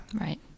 right